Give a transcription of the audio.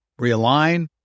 realign